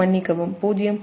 25 மற்றும் j0